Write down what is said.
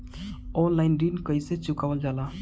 Online ऋण कईसे चुकावल जाला?